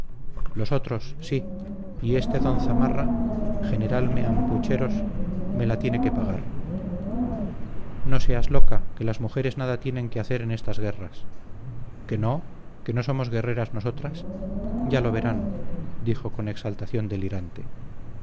los otros sí y este don zamarra general meampucheros me la tiene que pagar no seas loca que las mujeres nada tienen que hacer en estas guerras que no que no somos guerreras nosotras ya lo verán dijo con exaltación delirante